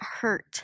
hurt